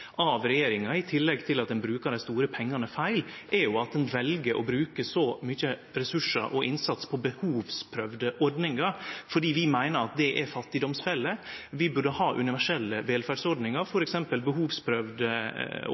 av regjeringa, i tillegg til at ein brukar dei store pengane feil, er at ein vel å bruke så mykje resursar og innsats på behovsprøvde ordningar, for vi meiner at det er fattigdomsfeller. Vi burde ha universelle velferdsordningar. For eksempel gjer behovsprøvde